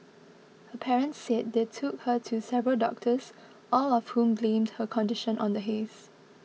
her parents said they took her to several doctors all of whom blamed her condition on the haze